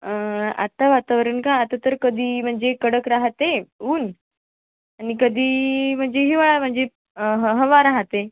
आता वातावरण का आता तर कधी म्हणजे कडक राहते ऊन आणि कधी म्हणजे हिवाळा म्हणजे ह हवा राहते